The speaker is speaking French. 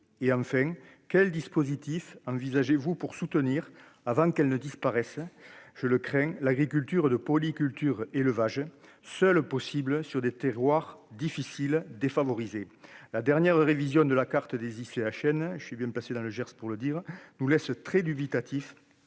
et enfin quel dispositif envisagez-vous pour soutenir avant qu'elle ne disparaisse, je le crains, l'agriculture de polyculture élevage seule possible sur des terroirs difficiles, défavorisés, la dernière révision de la carte des ICHN je suis bien placé dans le Gers pour le dire, nous laisse très dubitatif